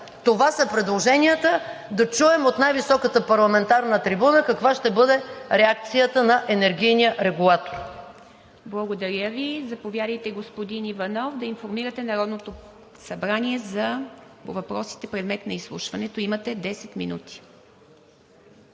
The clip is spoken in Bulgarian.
Това са предложенията. Да чуем от най-високата парламентарна трибуна каква ще бъде реакцията на енергийния регулатор. ПРЕДСЕДАТЕЛ ИВА МИТЕВА: Благодаря Ви. Заповядайте, господин Иванов, да информирате Народното събрание по въпросите, предмет на изслушването. ИВАН ИВАНОВ: